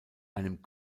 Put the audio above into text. einem